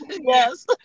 Yes